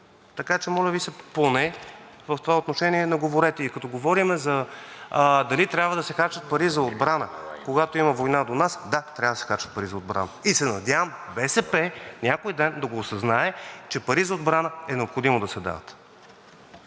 така че, моля Ви се, поне в това отношение не говорете. И като говорим дали трябва да се харчат пари за отбрана, когато има война до нас – да, трябва да се харчат пари за отбрана. И се надявам БСП някой ден да осъзнае, че пари за отбрана е необходимо да се дават.